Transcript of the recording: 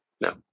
no